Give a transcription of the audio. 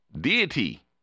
deity